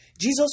Jesus